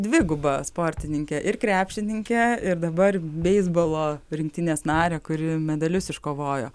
dvigubą sportininkę ir krepšininkę ir dabar beisbolo rinktinės narę kuri medalius iškovojo